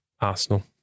Arsenal